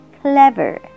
Clever